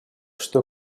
что